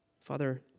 Father